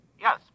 Yes